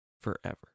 forever